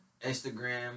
Instagram